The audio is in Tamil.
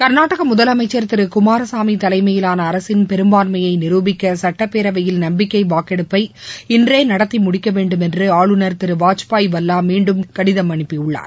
கர்நாடக முதலமைச்சர் திரு குமாரசாமி தலைமையிலான அரசின் பெரும்பான்மையை நிருபிக்க சுட்டப்பேரவையில் நம்பிக்கை வாக்கெடுப்பை இன்றே நடத்தி முடிக்கவேண்டும் என்று ஆளுநர் திரு வாஜ்பாய் வாலா மீண்டும் கடிதம் அனுப்பியுள்ளார்